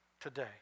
today